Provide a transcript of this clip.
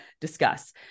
discuss